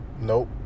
Nope